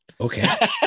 okay